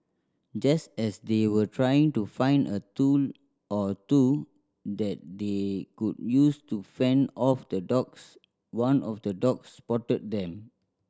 just as they were trying to find a tool or two that they could use to fend off the dogs one of the dogs spotted them